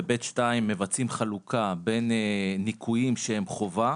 ו-(ב)(2) מבצעים חלוקה בין ניכויים שהם חובה,